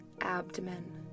abdomen